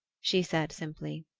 she said simply.